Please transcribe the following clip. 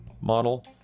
model